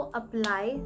apply